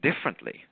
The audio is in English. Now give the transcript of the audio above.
differently